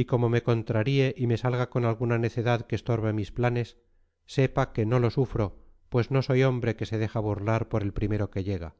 y como me contraríe y me salga con alguna necedad que estorbe mis planes sepa que no lo sufro pues no soy hombre que se deja burlar por el primero que llega